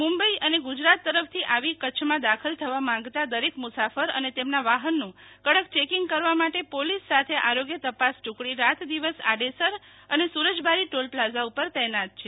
મુંબઈ અને ગુજરાત તરફ થી આવી કચ્છ માં દાખલ થવા માંગતા દરેક મુ સાફર અને તેમના વાહન નું કડક ચેકીંગ કરવા માટે પોલિસ સાથે આરોગ્ય તપાસ ટુકડી રાત દિવસ આડેસર અને સુરજબારી ટોલ પ્લાઝા ઉપર તૈનાત છે